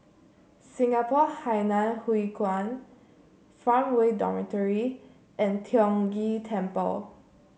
Singapore Hainan Hwee Kuan Farmway Dormitory and Tiong Ghee Temple